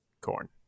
corn